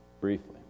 briefly